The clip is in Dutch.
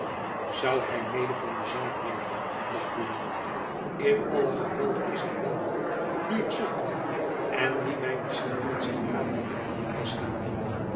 zoû hy mede van de zaak weten dacht buat in allen gevalle is hy wel de man dien ik zocht en die my misschien met zijn raad en hulp kan bystaan